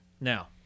now